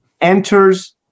enters